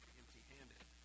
empty-handed